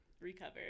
recover